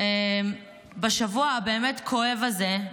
בשבוע הבאמת-כואב הזה,